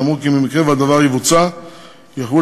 והם אמרו כי במקרה שהדבר יבוצע הם יוכלו